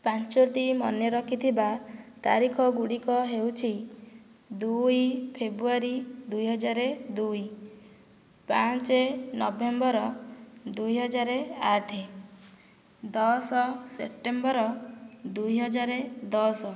ପାଞ୍ଚଟି ମନେ ରଖିଥିବା ତାରିଖ ଗୁଡ଼ିକ ହେଉଛି ଦୁଇ ଫେବ୍ରୁଆରୀ ଦୁଇ ହଜାର ଦୁଇ ପାଞ୍ଚ ନଭେମ୍ବର ଦୁଇ ହଜାର ଆଠ ଦଶ ସେପ୍ଟେମ୍ବର ଦୁଇ ହଜାର ଦଶ